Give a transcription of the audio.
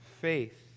Faith